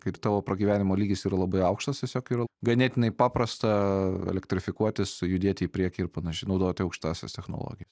kaip tavo pragyvenimo lygis yra labai aukštas tiesiog yra ganėtinai paprasta elektrifikuotis judėti į priekį ir panaš naudoti aukštąsias technologijas